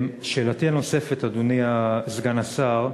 שאלתי הנוספת, אדוני סגן השר,